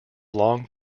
long